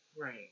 Right